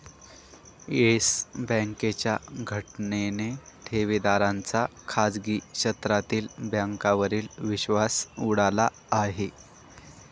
yes बँकेच्या घटनेने ठेवीदारांचा खाजगी क्षेत्रातील बँकांवरील विश्वास उडाला आहे